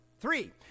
Three